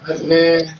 man